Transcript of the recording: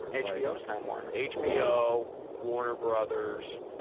hbo is time warner. hbo, warner brothers,